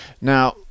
now